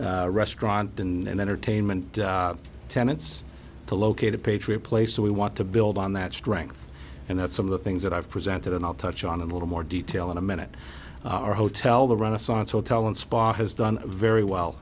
restaurant and entertainment tenants to locate a patriot place so we want to build on that strength and that some of the things that i've presented and i'll touch on a little more detail in a minute our hotel the renaissance hotel and spa has done very well